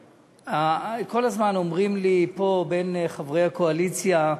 כל הזמן אומרים לי פה, בין חברי הקואליציה: